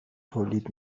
تولید